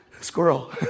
Squirrel